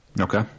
Okay